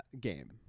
game